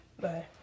bye